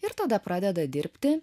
ir tada pradeda dirbti